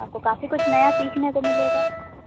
آپ کو کافی کچھ نیا سیکھنے کو مِلے گا